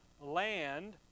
land